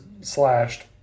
slashed